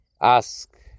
ask